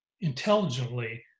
intelligently